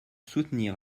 soutenir